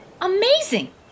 Amazing